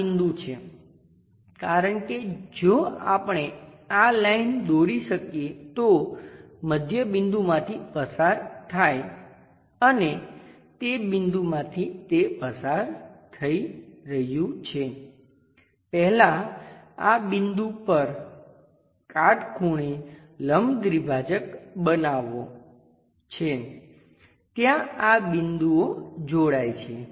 આ બિંદુ છે કારણ કે જો આપણે આ લાઈન દોરી શકીએ તો મધ્યબિંદુમાંથી પસાર થાય અને જે બિંદુમાંથી તે પસાર થઈ રહ્યું છે પહેલા આ બિંદુ પર કાટખૂણે લંબદ્વિભાજક બનાવો છે ત્યાં આ બિંદુઓ જોડાય છે